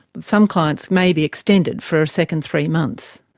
some clients may be extended for a second three months.